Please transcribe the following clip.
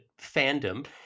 fandom